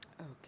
Okay